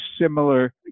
similar